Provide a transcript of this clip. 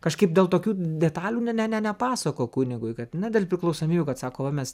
kažkaip dėl tokių detalių ne ne ne nepasako kunigui kad na dėl priklausomybių kad sako va mes